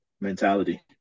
mentality